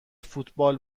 فوتبال